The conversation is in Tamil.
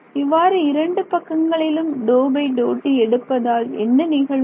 இவ்வாறு இரண்டு பக்கங்களிலும் எடுப்பதால் என்ன நிகழும்